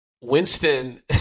Winston